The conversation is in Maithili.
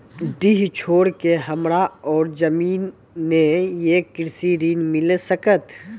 डीह छोर के हमरा और जमीन ने ये कृषि ऋण मिल सकत?